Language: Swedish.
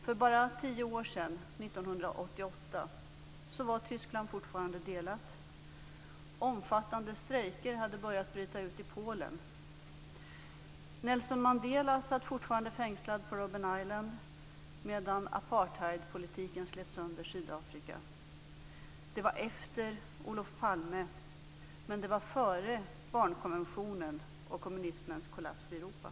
För bara tio år sedan, 1988, var Tyskland fortfarande delat. Omfattande strejker hade börjat bryta ut i Polen. Nelson Mandela satt fortfarande fängslad på Robben Island medan apartheidpolitiken slet sönder Sydafrika. Det var efter Olof Palme, men det var före barnkonventionen och kommunismens kollaps i Europa.